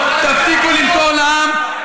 תפסיקו למכור לעם,